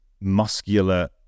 muscular